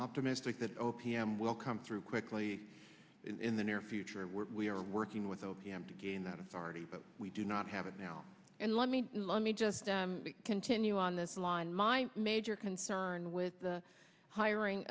optimistic that o p m will come through quickly in the near future where we are working with o p m to gain that authority but we do not have it now and let me let me just continue on this line my major concern with the hiring